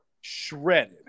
shredded